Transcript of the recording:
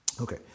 Okay